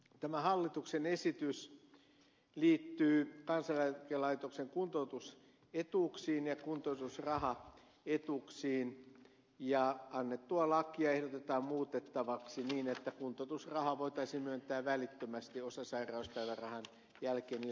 tämä hallituksen esitys liittyy kansaneläkelaitoksen kuntoutusetuuksiin ja kuntoutusrahaetuuksiin ja annettua lakia ehdotetaan muutettavaksi niin että kuntoutusrahaa voitaisiin myöntää välittömästi osasairauspäivärahan jälkeen ilman omavastuuaikaa